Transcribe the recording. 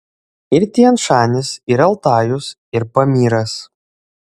ir tian šanis ir altajus ir pamyras